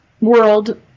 world